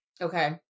Okay